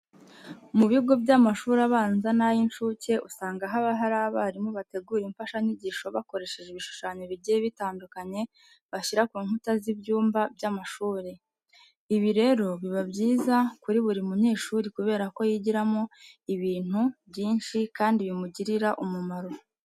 Mu bigo by'amashuri abanza n'ay'incuke usanga haba hari abarimu bategura imfashanyigisho bakoresheje ibishushanyo bigiye bitandukanye bashyira ku nkuta z'ibyumba by'amashuri. Ibi rero biba byiza kuri buri munyeshuri kubera ko yigiramo ibintu byinshi kandi bimugirira umumaro.